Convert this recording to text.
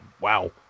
wow